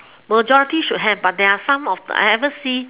majority should have but there are some of the I ever see